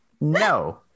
no